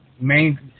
main